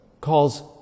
calls